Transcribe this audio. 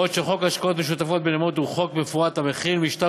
בעוד חוק השקעות משותפות בנאמנות הוא חוק מפורט המחיל משטר